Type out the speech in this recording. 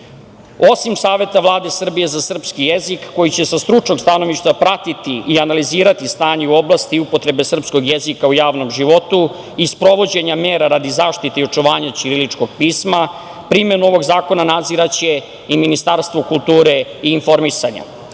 Saveta Vlade Srbije za srpski jezik koji će sa stručnog stanovišta pratiti i analizirati stanje u oblasti upotrebe srpskog jezika u javnom životu i sprovođenja mera radi zaštite i očuvanja ćiriličnog pisma, primenu ovog zakona nadziraće i Ministarstvo kulture i informisanja. Ono